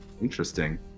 Interesting